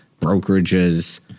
brokerages